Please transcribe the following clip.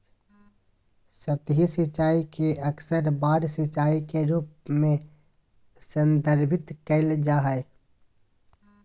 सतही सिंचाई के अक्सर बाढ़ सिंचाई के रूप में संदर्भित कइल जा हइ